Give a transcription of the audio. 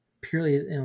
purely